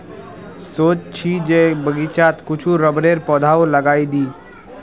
सोच छि जे बगीचात कुछू रबरेर पौधाओ लगइ दी